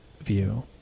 view